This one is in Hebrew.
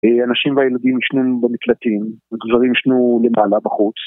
הנשים והילדים ישנם במקלטים, וגברים ישנו למעלה בחוץ